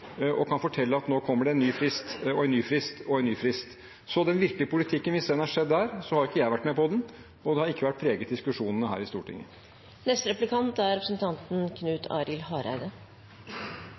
og kan fortelle at nå kommer det en ny frist og en ny frist og en ny frist. Hvis den virkelige politikken har skjedd der, har ikke jeg vært med på den, og den har ikke preget diskusjonene her i